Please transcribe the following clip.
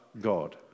God